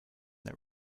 that